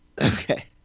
Okay